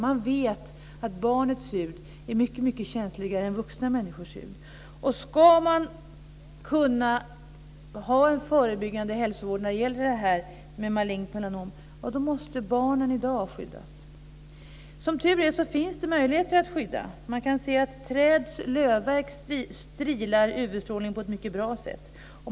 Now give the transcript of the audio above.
Man vet att barnets hud är mycket känsligare än vuxna människors hud. Om man ska kunna ha en förebyggande hälsovård när det gäller malignt melanom måste barnen skyddas i dag. Som tur är finns det möjligheter att skydda. Träds lövverk strilar UV-strålningen på ett mycket bra sätt.